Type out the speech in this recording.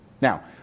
Now